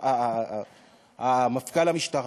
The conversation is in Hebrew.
מפכ"ל המשטרה,